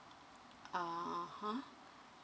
(uh huh)